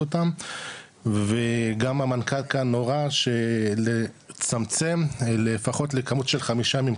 אותם וגם המנכ"ל כאן הורה שלצמצם לפחות לכמות של חמישה ימים,